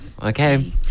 Okay